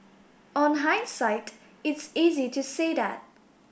on hindsight it's easy to say that